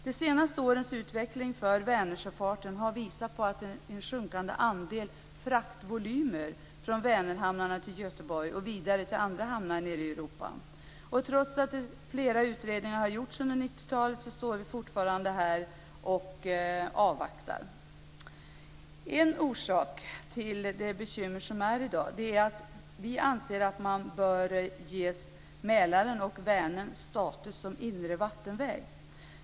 De senaste årens utveckling för Vänersjöfarten har visat på en sjunkande andel fraktvolymer från Vänerhamnarna till Göteborg och vidare till andra hamnar i Europa. Trots att flera utredningar har gjorts under 90-talet står vi fortfarande och avvaktar. En orsak till dagens bekymmer är att vi anser att Mälaren och Vänern bör ges status som inre vattenvägar.